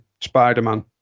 Spider-Man